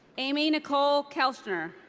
amy nicole kelchner.